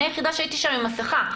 אני היחידה שהייתי שם עם מסכה.